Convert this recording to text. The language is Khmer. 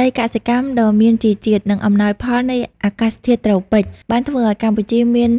ដីកសិកម្មដ៏មានជីជាតិ និងអំណោយផលនៃអាកាសធាតុត្រូពិក បានធ្វើឱ្យកម្ពុជាមាន